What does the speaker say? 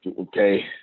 Okay